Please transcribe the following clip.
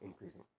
increasing